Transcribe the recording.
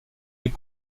les